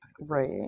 Right